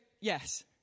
yes